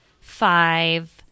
five